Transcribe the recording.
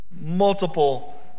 multiple